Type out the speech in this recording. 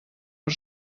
per